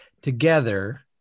together